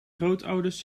grootouders